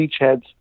beachheads